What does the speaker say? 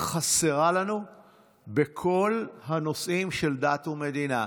חסרה לנו בכל הנושאים של דת ומדינה.